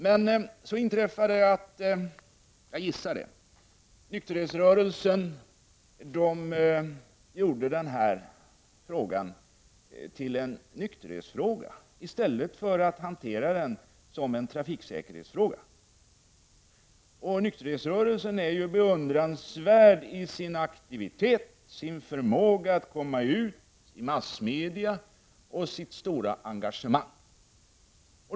Men så inträffade det, gissar jag, att nykterhetsrörelsen gjorde denna fråga till en nykterhetsfråga i stället för att hantera den som en trafiksäkerhetsfråga. Nykterhetsrörelsen är beundransvärd i sin aktivitet, sin förmåga att komma ut i massmedia och sitt stora engagemang.